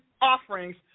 offerings